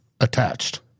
attached